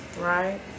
Right